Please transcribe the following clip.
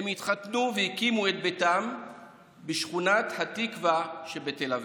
הם התחתנו והקימו את ביתם בשכונת התקווה שבתל אביב.